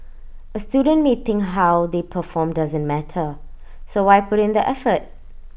A student may think how they perform doesn't matter so why put in the effort